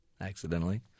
accidentally